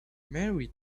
mary